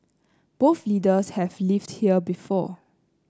both leaders have lived here before